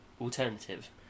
alternative